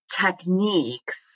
techniques